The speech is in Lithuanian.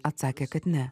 atsakė kad ne